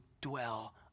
dwell